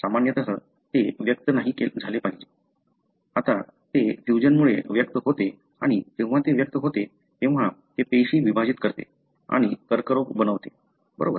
सामान्यत ते व्यक्त नाही झाले पाहिजे आता ते फ्यूजनमुळे व्यक्त होते आणि जेव्हा ते व्यक्त होते तेव्हा ते पेशी विभाजित करते आणि कर्करोग बनवते बरोबर